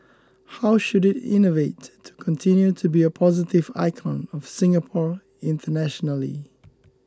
how should it innovate to continue to be a positive icon of Singapore internationally